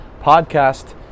podcast